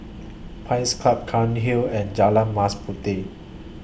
Pines Club Cairnhill and Jalan Mas Puteh